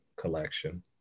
collection